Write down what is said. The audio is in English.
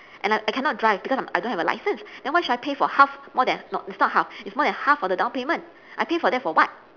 and I I cannot drive because I I don't have a license then why should I pay for half more than no it's not half it's more than half of the downpayment I pay for that for what